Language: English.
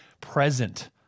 present